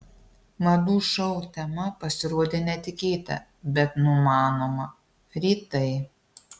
madų šou tema pasirodė netikėta bet numanoma rytai